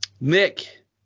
Nick